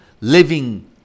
living